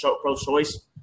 pro-choice